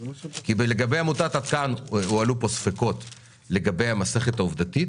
לגבי עמותת "עד כאן" הועלו ספקות באשר למסכת העובדתית